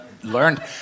Learned